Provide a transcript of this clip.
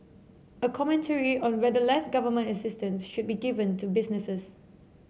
a commentary on whether less government assistance should be given to businesses